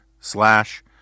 slash